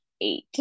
eight